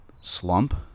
slump